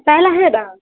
پہلا ہے نا